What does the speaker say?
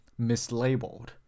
mislabeled